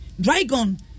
Dragon